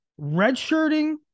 Redshirting